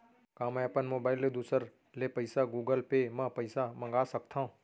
का मैं अपन मोबाइल ले दूसर ले पइसा गूगल पे म पइसा मंगा सकथव?